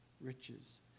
riches